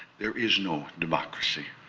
there is no democracy.